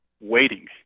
waiting